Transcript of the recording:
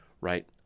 Right